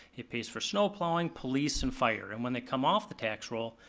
it pays for snow plowing, police, and fire, and when they come off the tax roll,